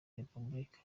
repubulika